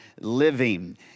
Living